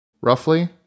Roughly